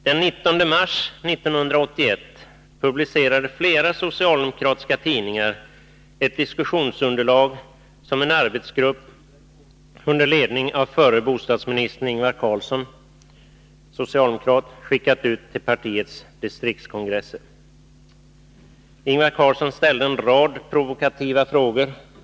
Den 19 mars 1981 publicerade flera socialdemokratiska tidningar ett diskussionsunderlag som en arbetsgrupp under ledning av förre bostadsministern Ingvar Carlsson, socialdemokrat, skickat ut till partiets distriktskongressen. Ingvar Carlsson ställde en rad provokativa frågor.